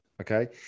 okay